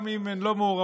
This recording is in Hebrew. גם אם הן לא מעורבות,